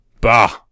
Bah